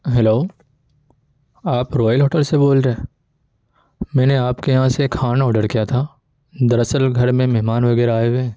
hello آپ royal hotel سے بول رہے ہیں میں نے آپ کے یہاں سے کھانا آڈر کیا تھا دراصل گھر میں مہمان وغیرہ آئے ہوئے ہیں